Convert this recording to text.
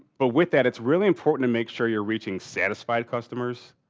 but with that it's really important to make sure you're reaching satisfied customers,